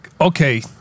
okay